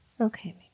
Okay